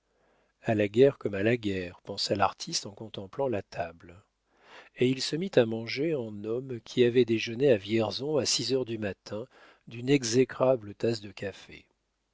a la guerre comme à la guerre pensa l'artiste en contemplant la table et il se mit à manger en homme qui avait déjeuné à vierzon à six heures du matin d'une exécrable tasse de café